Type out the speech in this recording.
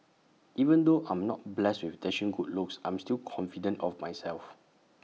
even though I'm not blessed with dashing good looks I am still confident of myself